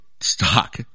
stock